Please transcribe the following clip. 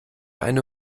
eine